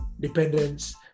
dependence